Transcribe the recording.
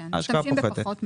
כן, משתמשים בפחות מההשקעה.